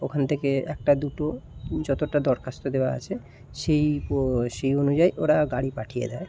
ওখান থেকে একটা দুটো যতটা দরখাস্ত দেওয়া আছে সেই ও সেই অনুযায়ী ওরা গাড়ি পাঠিয়ে দেয়